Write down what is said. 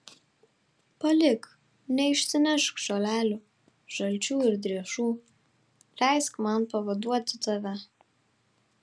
palik neišsinešk žolelių žalčių ir driežų leisk man pavaduoti tave